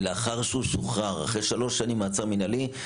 לאחר שהוא שוחרר אחרי שלוש שנים מעצר מינהלי,